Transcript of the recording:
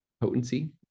potency